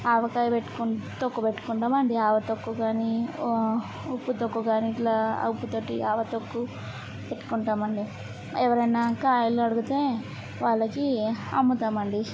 ఆవకాయి పెట్టుకుం తొక్కు పెట్టుకుంటామండి ఆవతొక్కుకాని ఓ ఉప్పుతొక్కుకాని ఇట్లా ఉప్పుతొట్టి ఆవతొక్కు పెట్టుకుంటామండీ ఎవరైనా కాయలడిగితే వాళ్ళకి అమ్ముతామండీ